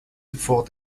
vor